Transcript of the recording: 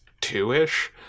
two-ish